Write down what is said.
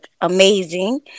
amazing